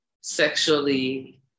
sexually